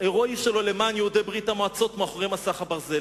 ההירואי שלו למען יהודי ברית-המועצות מאחורי מסך הברזל.